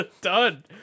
Done